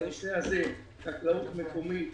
בנושא הזה חקלאות מקומית חיה,